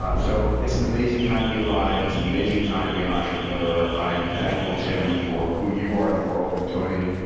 ah so it's an amazing time to be alive. it's an amazing time to be an entrepreneur. i am thankful, tim, for who you are in the world, and tony,